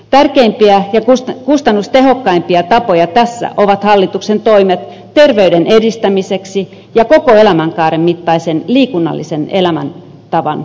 tärkeimpiä ja kustannustehokkaimpia tapoja tässä ovat hallituksen toimet terveyden edistämiseksi ja koko elämänkaaren mittaisen liikunnallisen elämäntavan luomiseksi